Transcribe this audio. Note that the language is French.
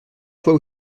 fois